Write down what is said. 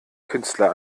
künstler